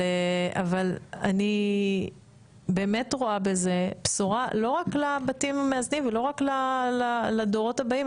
אבל אני באמת רואה בזה בשורה לא רק לבתים המאזנים ולא רק לדורות הבאים,